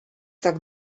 tak